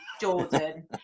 Jordan